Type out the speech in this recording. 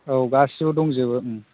औ गासैबो दंजोबो